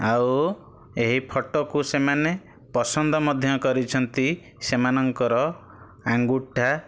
ଆଉ ଏଇ ଫଟୋକୁ ସେମାନେ ପସନ୍ଦ ମଧ୍ୟ କରିଛନ୍ତି ସେମାନଙ୍କର ଆଙ୍ଗୁଠା